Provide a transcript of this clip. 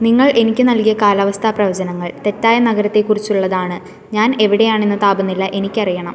നിങ്ങൾ എനിക്ക് നൽകിയ കാലാവസ്ഥാ പ്രവചനങ്ങൾ തെറ്റായ നഗരത്തെക്കുറിച്ചുള്ളതാണ് ഞാൻ എവിടെയാണ് എന്ന താപനില എനിക്ക് അറിയണം